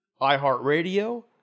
iHeartRadio